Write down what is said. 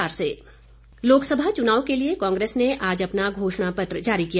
घोषणा पत्र लोकसभा चुनाव के लिए कांग्रेस ने आज अपना घोषणा पत्र जारी किया